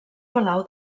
palau